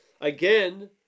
again